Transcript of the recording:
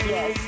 Yes